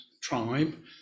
tribe